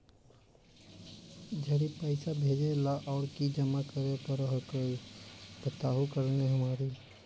जड़ी पैसा भेजे ला और की जमा करे पर हक्काई बताहु करने हमारा?